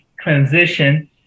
transition